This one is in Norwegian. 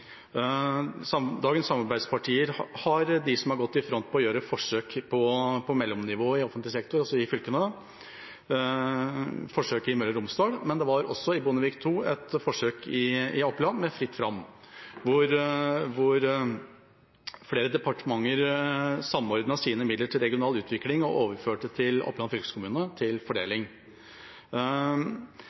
Dagens samarbeidspartier har gått i front for å gjøre forsøk på mellomnivå i offentlig sektor, altså i fylkene, med forsøk i Møre og Romsdal. Men det var også, under Bondevik II-regjeringen, et forsøk i Oppland, Fritt Fram, hvor flere departementer samordnet sine midler til regional utvikling og overførte dem til Oppland fylkeskommune til fordeling.